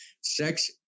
Sex